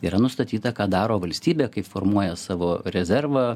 yra nustatyta ką daro valstybė kai formuoja savo rezervą